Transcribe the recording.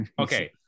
Okay